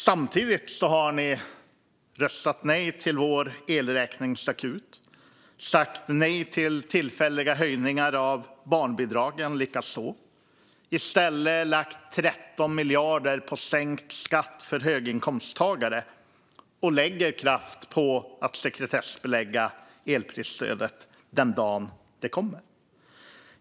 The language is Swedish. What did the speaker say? Samtidigt har ni röstat nej till vår elräkningsakut. Ni har likaså sagt nej till tillfälliga höjningar av barnbidragen. Ni har i stället lagt 13 miljarder på sänkt skatt för höginkomsttagare och lägger kraft på att sekretessbelägga elprisstödet den dagen det kommer.